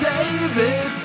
David